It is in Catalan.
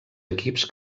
equips